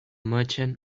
merchant